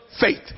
faith